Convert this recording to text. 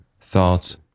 thoughts